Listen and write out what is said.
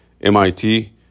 MIT